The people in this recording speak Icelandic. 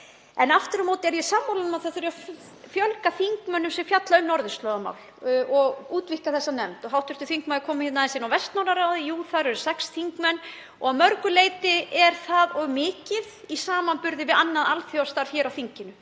En aftur á móti er ég sammála um að það þurfi að fjölga þingmönnum sem fjalla um norðurslóðamál og útvíkka þessa nefnd. Hv. þingmaður kom aðeins inn á Vestnorræna ráðið. Jú, þar eru sex þingmenn og að mörgu leyti er það of mikið í samanburði við annað alþjóðastarf hér á þinginu.